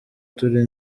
turi